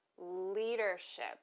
leadership